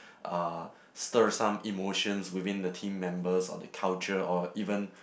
uh stir some emotions within the team members or the culture or even